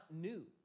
new